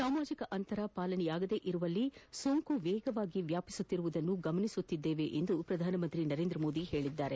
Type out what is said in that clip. ಸಾಮಾಜಿಕ ಅಂತರ ಪಾಲನೆಯಾಗದಿರುವಲ್ಲಿ ಸೋಂಕು ವೇಗವಾಗಿ ವ್ಯಾಪಿಸುತ್ತಿರುವುದನ್ನು ಗಮನಿಸುತ್ತಿದ್ದೇವೆ ಎಂದು ಪ್ರಧಾನಮಂತ್ರಿ ನರೇಂದ್ರ ಮೋದಿ ಹೇಳಿದ್ದಾರೆ